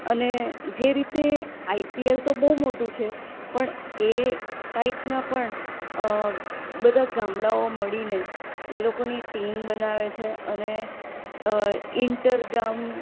અને જે રીતે આઈપીએલ તો બહુ મોટું છે પણ એ ટાઈપના પણ બધા ગામડાઓ મળીને એ લોકોની ટીમ બનાવે છે અને ઇન્ટર ગામ